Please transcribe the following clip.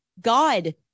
God